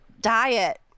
diet